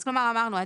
אז אמרנו,